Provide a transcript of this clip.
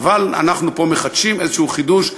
אבל אנחנו מחדשים פה איזשהו חידוש,